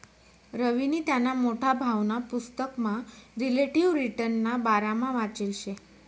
रवीनी त्याना मोठा भाऊना पुसतकमा रिलेटिव्ह रिटर्नना बारामा वाचेल शे